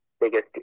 biggest